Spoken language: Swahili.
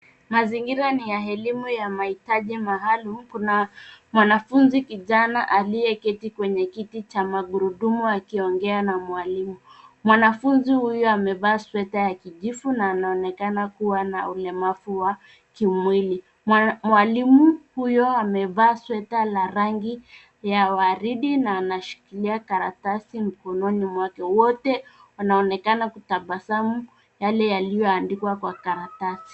Mazingira ni ya elimu ya mahitaji maalum. Kuna mwanafunzi kijana aliyeketi kwenye kiti cha magurudumu akiongea na mwalimu. Mwanafunzi huyu amevaa huyu sweta ya kijivu na anaonekana kuwa na ulemavu wa kimwili. Mwalimu huyo amevaa sweta la rangi ya waridi na anashikilia karatasi mkononi mwake. Wote wanaonekana kutabasamu yale yaliyoandikwa kwa karatasi.